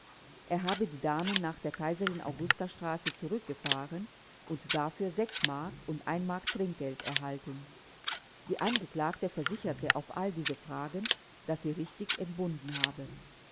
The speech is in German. er habe die damen nach der kaiserin augusta straße zurückgefahren und dafür mark und mark trinkgeld erhalten die angeklagte versicherte auf alle diese fragen daß sie richtig entbunden habe